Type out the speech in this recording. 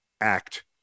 act